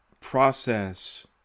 process